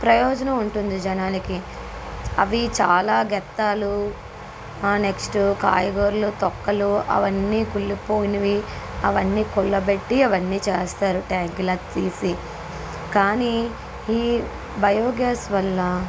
ప్రయోజనం ఉంటుంది జనానికి అవి చాలా గత్తాలు ఆ నెక్స్ట్ కాయగూరలు తొక్కలు అవన్నీ కుళ్ళిపోయినవి అవన్నీ కుల్లబెట్టి అవన్నీ చేస్తారు ట్యాంకుల తీసి కానీ ఈ బయోగ్యాస్ వల్ల